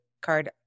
card